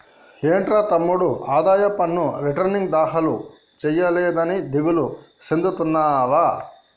ఏంట్రా తమ్ముడు ఆదాయ పన్ను రిటర్న్ దాఖలు సేయలేదని దిగులు సెందుతున్నావా